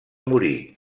morir